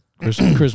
Christmas